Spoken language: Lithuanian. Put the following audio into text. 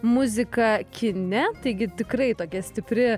muziką kine taigi tikrai tokia stipri